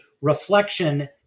reflection